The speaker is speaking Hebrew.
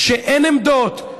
כשאין עמדות,